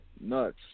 Nuts